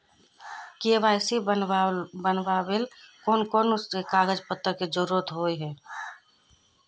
KYC बनावेल कोन कोन कागज पत्र की जरूरत होय है?